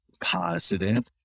positive